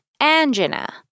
angina